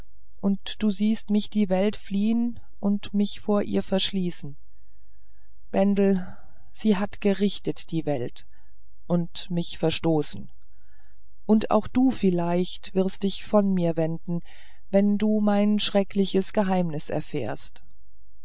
und du siehst mich die welt fliehn und mich vor ihr verschließen bendel sie hat gerichtet die welt und mich verstoßen und auch du vielleicht wirst dich von mir wenden wenn du mein schreckliches geheimnis erfährst